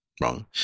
wrong